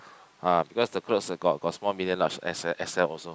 ah because the clothes ah got got small medium large X_X_L also